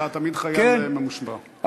אתה תמיד חייל ממושמע.